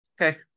Okay